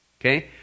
Okay